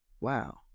Wow